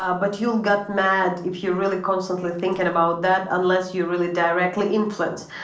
ah but you'll get mad if you really constantly thinking about that, unless you really directly influence.